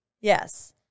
Yes